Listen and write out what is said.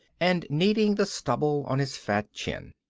and kneading the stubble on his fat chin.